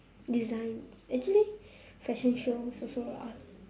design actually fashion shows also art